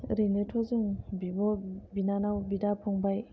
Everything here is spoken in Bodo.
ओरैनोथ' जों बिब' बिनानाव बिदा फंबाइ